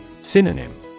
Synonym